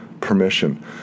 permission